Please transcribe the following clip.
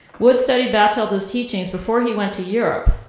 wood studied bachelder's teaching before he went to europe.